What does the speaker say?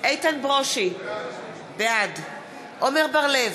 איתן ברושי, בעד עמר בר-לב,